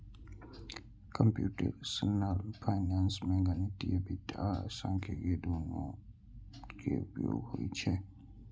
computational finance मे गणितीय वित्त आ सांख्यिकी, दुनू के उपयोग होइ छै